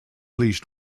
least